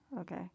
okay